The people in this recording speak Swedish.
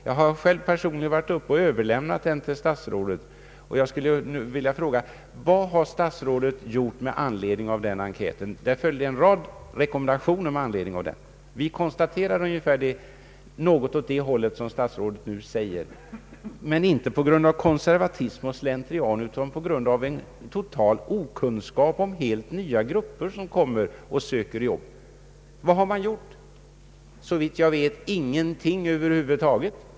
Jag har personligen varit uppe och överlämnat den till statsrådet, och jag skulle vilja fråga vad statsrådet har gjort med anledning av den enkäten. Det följde en rad rekommendationer med den. Vi konstaterade någonting åt det håliet som statsrådet nu har talat om — men inte på grund av konservatism och slentrian utan på grund av en total okunskap om helt nya grupper som kommer och söker jobb. Vad har man gjort? Såvitt jag vet över huvud taget ingenting.